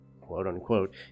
quote-unquote